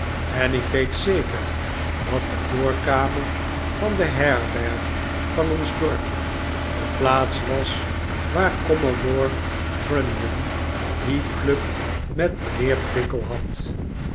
en ik weet zeker dat de voorkamer van de herberg van ons dorp de plaats was waar commodore trunnion die club met mijnheer pickle had